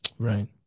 Right